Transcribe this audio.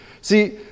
See